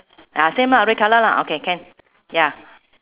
ah same lah red colour lah okay can ya